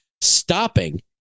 stopping